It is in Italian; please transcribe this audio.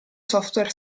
software